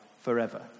forever